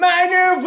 Minor